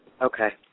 Okay